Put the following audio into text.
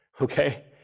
okay